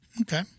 Okay